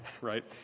right